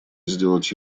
сделать